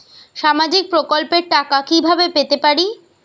সামাজিক প্রকল্পের টাকা কিভাবে পেতে পারি?